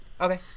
Okay